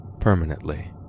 permanently